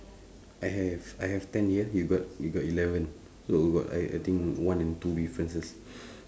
I have I have ten here you got you got eleven so we got I I think one and two differences